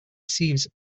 sieves